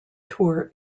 tour